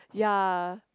ya